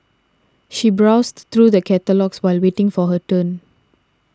she browsed through the catalogues while waiting for her turn